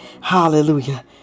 Hallelujah